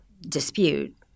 dispute